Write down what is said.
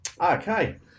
Okay